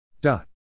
Dot